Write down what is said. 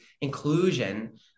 inclusion